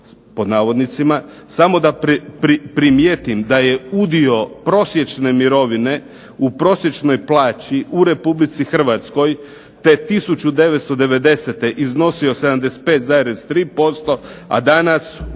samo da primijetim da je udio prosječne mirovine u prosječnoj plaći u Republici Hrvatskoj da je 1990. 75,3%, a danas